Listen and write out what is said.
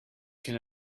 can